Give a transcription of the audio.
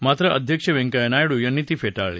मात्र अध्यक्ष व्यंकय्या नायडू यांनी ती फेटाळली